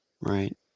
Right